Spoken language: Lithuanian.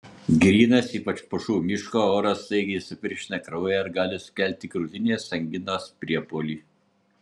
grynas ypač pušų miško oras staigiai sutirština kraują ir gali sukelti krūtinės anginos priepuolį